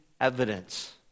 evidence